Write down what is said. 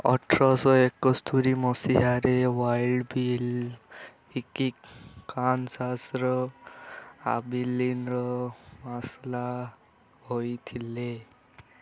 ଅଠର ଶହ ଏକସ୍ତରି ମସିହାରେ ୱାଇଲ୍ଡ୍ ବିଲ୍ ହିକିକ୍ କାନ୍ସାସ୍ର ଆବିଲିନ୍ର ମାର୍ଶାଲ ହୋଇଥିଲେ